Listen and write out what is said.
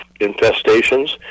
infestations